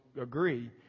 agree